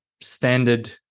standard